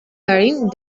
darin